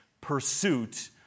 pursuit